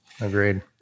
agreed